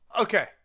Okay